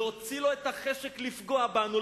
להוציא לו את החשק לפגוע בנו,